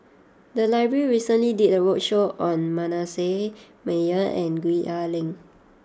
the library recently did a roadshow on Manasseh Meyer and Gwee Ah Leng